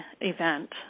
event